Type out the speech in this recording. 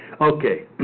Okay